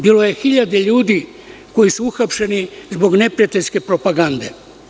Bilo je hiljade ljudi koji su uhapšeni zbog neprijateljske propagande.